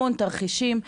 המון תרחישים,